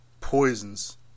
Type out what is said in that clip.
poisons